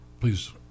please